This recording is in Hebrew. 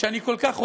שאני כל כך אוהב,